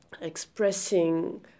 expressing